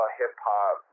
hip-hop